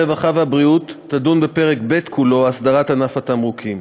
הרווחה והבריאות תדון בפרק ב' כולו (אסדרת ענף התמרוקים).